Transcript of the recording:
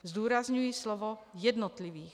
Zdůrazňuji slovo jednotlivých.